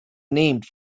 named